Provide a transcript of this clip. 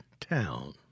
town